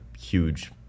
huge